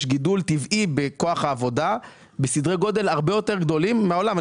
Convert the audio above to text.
יש גידול טבעי בכוח העבודה בסדרי גודל הרבה יותר גדולים מהעולם.